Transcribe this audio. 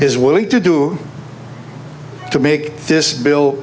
is willing to do to make this bill